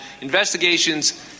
investigations